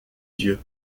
dieu